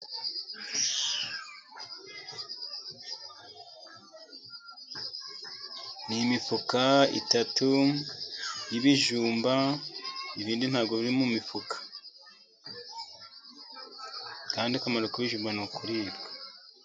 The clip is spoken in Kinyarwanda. N'imifuka eshatu y'ibijumba ibindi ntabwo biri mumifuka, kandi akamaro k'ibijumba n'ukuribwa.